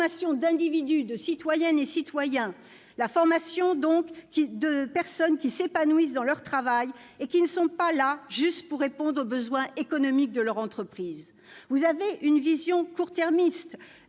d'individus, de citoyennes et de citoyens qui s'épanouissent dans leur travail et qui ne sont pas là juste pour répondre aux besoins économiques de leur entreprise. Vous avez une vision court-termiste et